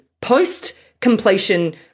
post-completion